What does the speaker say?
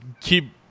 keep